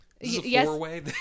Yes